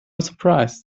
surprise